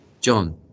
John